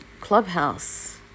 clubhouse